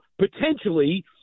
potentially –